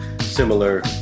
similar